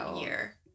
year